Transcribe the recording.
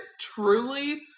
truly